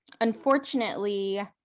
unfortunately